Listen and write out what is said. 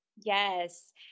Yes